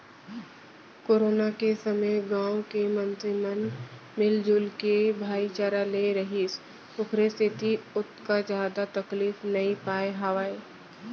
corona के समे गाँव के मनसे मन मिलजुल के भाईचारा ले रिहिस ओखरे सेती ओतका जादा तकलीफ नइ पाय हावय